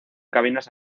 cabinas